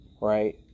right